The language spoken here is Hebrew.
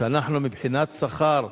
כשאנחנו, מבחינת שכר,